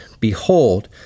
Behold